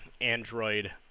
android